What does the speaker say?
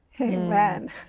Amen